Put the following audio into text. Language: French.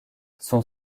son